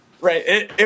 Right